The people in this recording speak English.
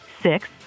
six